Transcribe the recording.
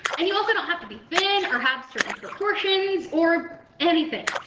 and you also don't have to be thin or have certain proportions or anything.